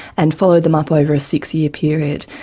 and followed them up over a six-year period.